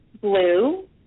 blue